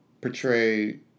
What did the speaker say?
portray